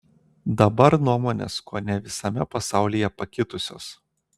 dabar nuomonės kuone visame pasaulyje pakitusios